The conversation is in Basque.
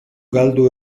galdu